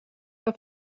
que